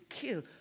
kill